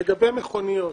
לגבי מכוניות,